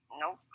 Nope